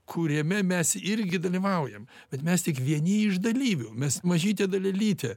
kuriame mes irgi dalyvaujam bet mes tik vieni iš dalyvių mes mažytė dalelytė